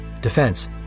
Defense